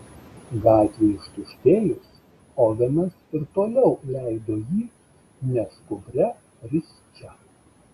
gatvei ištuštėjus ovenas ir toliau leido jį neskubria risčia